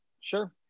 sure